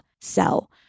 sell